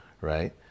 right